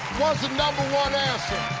was the number one answer.